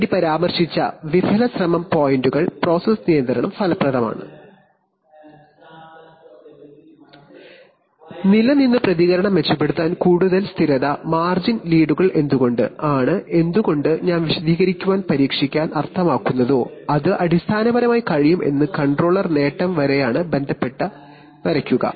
വലിയ സ്ഥിരത മാർജിൻ മികച്ച transient പ്രവർത്തനത്തിലേക്ക് വഴിതെളിക്കുന്നു